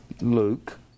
luke